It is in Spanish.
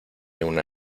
una